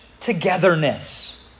Togetherness